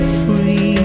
free